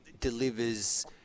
delivers